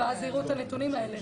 ואז יראו את הנתונים האלה.